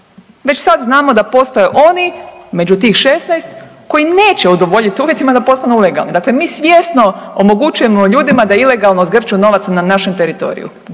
Već sad znamo da postoje oni među tih 16 koji neće udovoljiti uvjetima da postanu legalni. Dakle, mi svjesno omogućujemo ljudima da ilegalno zgrću novac na našem teritoriju.